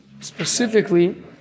Specifically